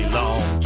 long